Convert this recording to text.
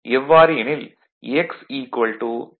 எவ்வாறு எனில் x KVAKVAfl